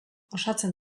osatzen